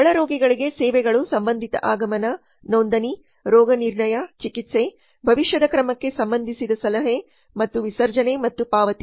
ಒಳರೋಗಿಗಳಿಗೆ ಸೇವೆಗಳು ಸಂಬಂಧಿತ ಆಗಮನ ನೋಂದಣಿ ರೋಗನಿರ್ಣಯ ಚಿಕಿತ್ಸೆ ಭವಿಷ್ಯದ ಕ್ರಮಕ್ಕೆ ಸಂಬಂಧಿಸಿದ ಸಲಹೆ ಮತ್ತು ವಿಸರ್ಜನೆ ಮತ್ತು ಪಾವತಿ